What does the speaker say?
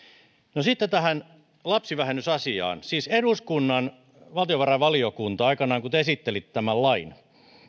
no sitten tähän lapsivähennysasiaan siis eduskunnan valtiovarainvaliokunta aikanaan kun te esittelitte tämän lain